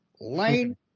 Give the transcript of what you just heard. Lane